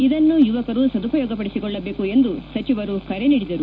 ಇದನ್ನು ಯುವಕರು ಸದುಪಯೋಗಪಡಿಸಿಕೊಳ್ಳಬೇಕು ಎಂದು ಸಚಿವರು ಕರೆ ನೀಡಿದರು